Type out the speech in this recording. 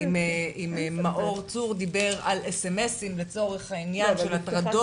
אם מאור צור דיבר על אס-אם- אסים של הטרדות -- לא,